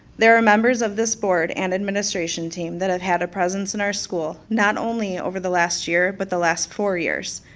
there are members of this board and administration team that have had a presence in our school, not only over the last year, but the last four years,